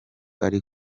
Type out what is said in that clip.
ari